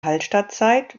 hallstattzeit